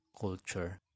culture